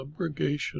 subrogation